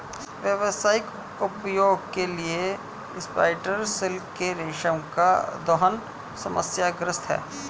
व्यावसायिक उपयोग के लिए स्पाइडर सिल्क के रेशम का दोहन समस्याग्रस्त है